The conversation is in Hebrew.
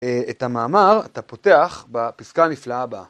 את המאמר אתה פותח בפסקה הנפלאה הבאה: